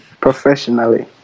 professionally